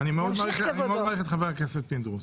אני מאוד מעריך את חבר הכנסת פינדרוס,